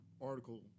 article